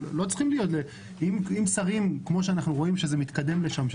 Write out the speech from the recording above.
אנחנו רואים שזה מתקדם לשם,